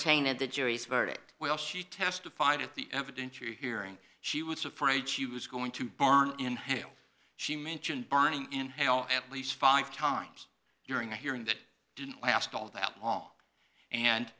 tainted the jury's verdict well she testified at the evidentiary hearing she was afraid she was going to burn in jail she mentioned burning in hell at least five times during a hearing that didn't last all that long and